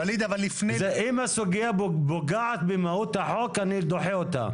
אם הסוגיה פוגעת במהות החוק, אני דוחה אותה.